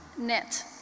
net